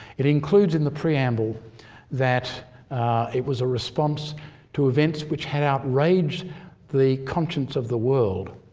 it includes in the preamble that it was a response to events which had outraged the conscience of the world.